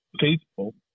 faithful